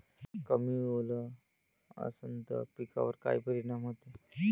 कमी ओल असनं त पिकावर काय परिनाम होते?